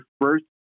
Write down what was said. first